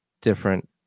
different